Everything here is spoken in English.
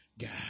God